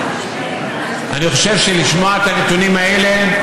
אני חושב שלשמוע את הנתונים האלה,